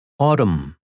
Autumn